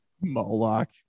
Moloch